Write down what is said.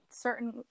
certain